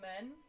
men